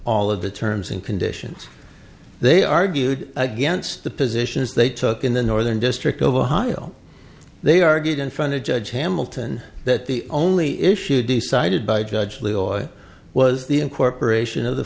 all of the terms and conditions they argued against the positions they took in the northern district of ohio they argued in front of judge hamilton that the only issue decided by judge leroy was the incorporation of the